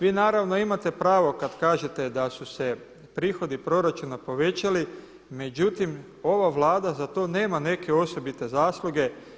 Vi naravno imate pravo kad kažete da su se prihodi proračuna povećali međutim ova Vlada za to nema neke osobite zasluge.